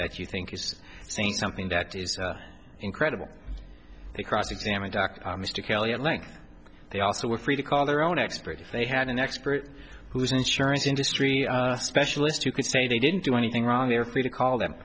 that you think is saying something that is incredible they cross examined mr kelly at length they also were free to call their own expert if they had an expert whose insurance industry specialist who could say they didn't do anything wrong they're free to call th